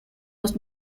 los